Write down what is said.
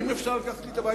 האם אפשר לקחת לי את הבית?